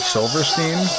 Silverstein